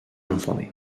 informer